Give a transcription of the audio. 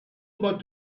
about